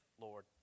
Lord